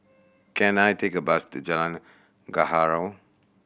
can I take a bus to Jalan Gaharu